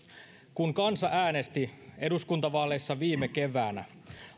kun kansa äänesti eduskuntavaaleissa viime keväänä